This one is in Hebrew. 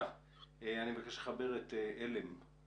תודה על הדיון הזה,